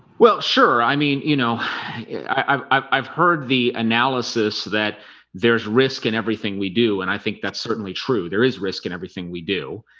well sure, i mean, you know i i've heard the analysis that there's risk in everything we do and i think that's certainly true. there is risk in everything we do